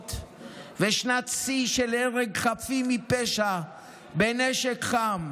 רציחות ושנת שיא של הרג חפים מפשע בנשק חם.